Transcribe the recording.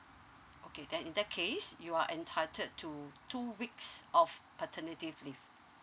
okay then in that case you are entitled to two weeks of paternity leave